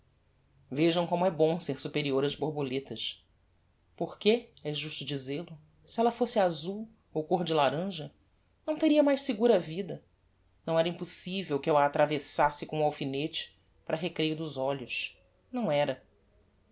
vejam como é bom ser superior ás borboletas porque é justo dizel-o se ella fosse azul ou côr de laranja não teria mais segura a vida não era impossivel que eu